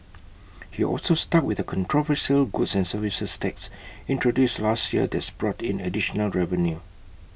he also stuck with A controversial goods and services tax introduced last year that's brought in additional revenue